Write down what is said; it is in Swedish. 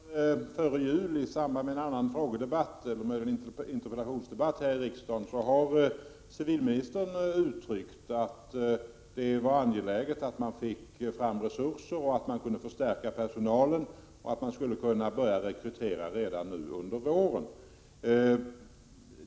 Herr talman! Jag vet att civilministern före jul, i samband med en annan frågedebatt — eller möjligen interpellationsdebatt — här i riksdagen har uttryckt att det var angeläget att få fram resurser att förstärka personalen och att man skulle kunna börja rekryteringen redan nu under våren.